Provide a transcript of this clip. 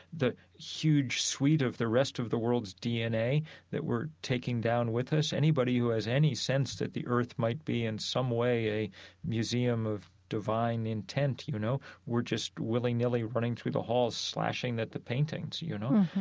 the huge suite of the rest of the world's dna that we're taking down with us. anybody who has any sense that the earth might be in some way a museum of divine intent, you know, we're just willy-nilly running through the halls slashing at the paintings, you know?